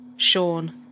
Sean